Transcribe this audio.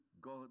God